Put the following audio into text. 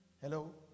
Hello